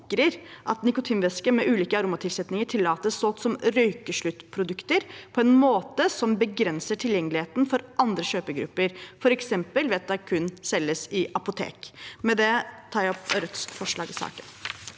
at nikotinvæske med ulike aromatilsetninger tillates solgt som røykesluttprodukter på en måte som begrenser tilgjengeligheten for andre kjøpegrupper, f.eks. ved at det kun selges i apotek. Med det tar jeg opp forslaget